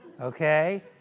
okay